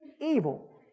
evil